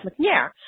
McNair